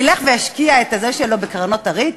ילך וישקיע את הכסף הזה שלו בקרנות הריט?